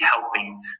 helping